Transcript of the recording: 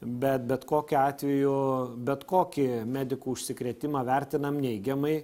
bet bet kokiu atveju bet kokį medikų užsikrėtimą vertinam neigiamai